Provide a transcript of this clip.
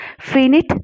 finite